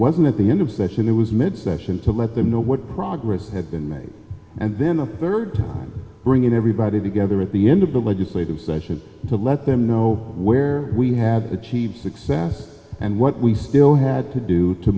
wasn't at the end of session it was mid session to let them know what progress had been made and then a third time bringing everybody together at the end of the legislative session to let them know where we have achieved success and what we still had to do to